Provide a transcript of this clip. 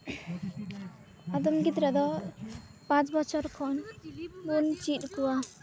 ᱟᱫᱚᱢ ᱜᱤᱫᱽᱨᱟᱹ ᱫᱚ ᱯᱟᱸᱪ ᱵᱚᱪᱷᱚᱨ ᱠᱷᱚᱱ ᱵᱩ ᱪᱮᱫ ᱟᱠᱚᱣᱟ